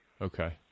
Okay